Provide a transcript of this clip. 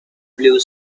blue